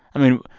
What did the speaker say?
i mean,